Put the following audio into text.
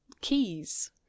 Keys